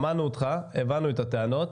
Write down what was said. שמענו אותך, הבנו את הטענות.